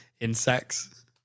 insects